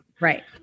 Right